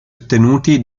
ottenuti